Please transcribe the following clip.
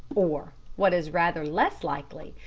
or, what is rather less likely,